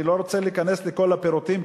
אני לא רוצה להיכנס לכל הפירוטים,